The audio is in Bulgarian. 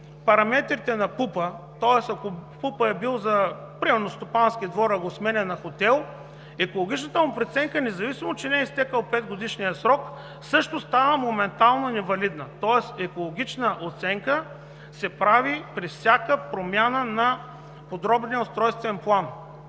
параметрите на ПУП-а, тоест ако ПУП-ът е бил за стопански двор, а го сменя на хотел, екологичната му преценка, независимо че не е изтекъл петгодишният срок, също става моментално невалидна. Тоест екологична оценка се прави при всяка промяна на подробния устройствен план